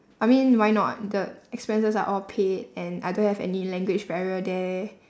I mean why not the expenses are all paid and I don't have any language barrier there